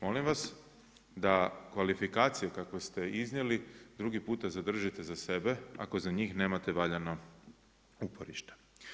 Molim vas da kvalifikaciju kakvu ste iznijeli drugi puta zadržite za sebe, ako za njih nemate valjano uporište.